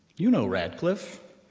you know radcliffe,